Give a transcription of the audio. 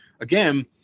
again